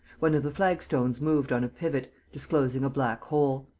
one of the flagstones moved on a pivot, disclosing a black hole.